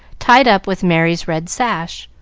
tied up with merry's red sash.